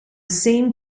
same